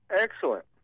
Excellent